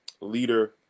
leader